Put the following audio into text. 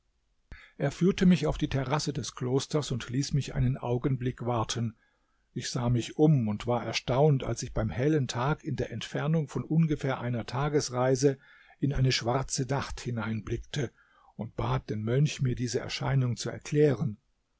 er führte mich auf die terrasse des klosters und hieß mich einen augenblick warten ich sah mich um und war erstaunt als ich beim hellen tag in der entfernung von ungefähr einer tagereise in eine schwarze nacht hineinblickte und bat den mönch mir diese erscheinung zu erklären